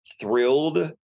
thrilled